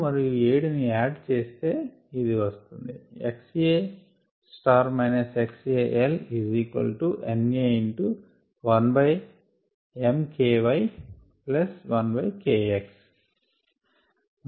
మరియు ని యాడ్ చేస్తే ఇది వస్తుంది Substituting can be written as xA xAL NA 1mky1kx